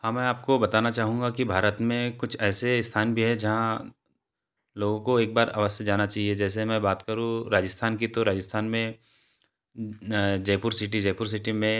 हाँ मैं आपको बताना चाहूँगा कि भारत में कुछ ऐसे स्थान भी हैं जहाँ लोगों को एक बार अवश्य जाना चाहिए जैसे मैं बात करूँ राजस्थान की तो राजस्थान में जयपुर सिटी जयपुर सिटी में